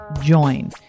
join